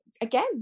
again